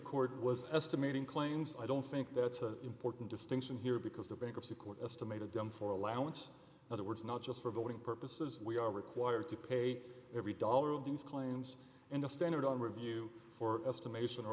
court was estimating claims i don't think that's an important distinction here because the bankruptcy court estimated them for allowance other words not just for billing purposes we are required to pay every dollar of these claims and a standard on review for estimation or